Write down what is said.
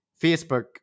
Facebook